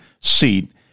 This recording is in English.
seat